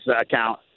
account